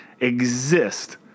exist